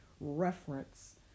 reference